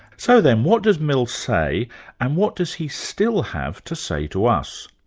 so then, what does mill say and what does he still have to say to us?